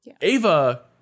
Ava